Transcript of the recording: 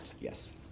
yes